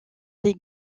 des